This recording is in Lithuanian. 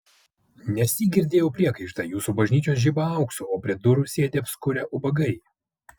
nesyk girdėjau priekaištą jūsų bažnyčios žiba auksu o prie durų sėdi apskurę ubagai